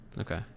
Okay